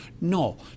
no